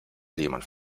lehmann